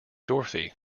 dorothy